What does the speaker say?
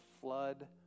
flood